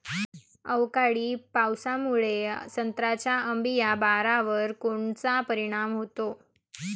अवकाळी पावसामुळे संत्र्याच्या अंबीया बहारावर कोनचा परिणाम होतो?